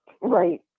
Right